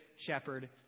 shepherd